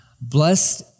Blessed